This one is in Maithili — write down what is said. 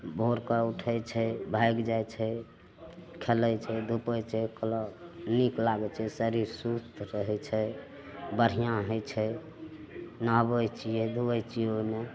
भोरकऽ उठय छै भागि जाइ छै खेलय छै धूपय छै कहलक नीक लागय छै शरीर सुस्त रहय छै बढ़िआँ होइ छै नहबय छियै धोबय छियै ओइमे